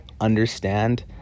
understand